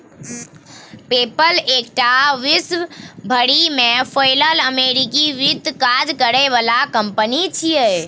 पे पल एकटा विश्व भरि में फैलल अमेरिकी वित्तीय काज करे बला कंपनी छिये